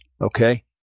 okay